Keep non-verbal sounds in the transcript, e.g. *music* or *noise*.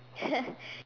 *laughs*